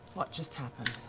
what just happened,